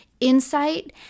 insight